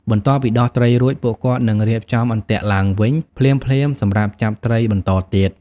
បន្ទាប់ពីដោះត្រីរួច ពួកគាត់នឹងរៀបចំអន្ទាក់ឡើងវិញភ្លាមៗសម្រាប់ចាប់ត្រីបន្តទៀត។